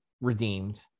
redeemed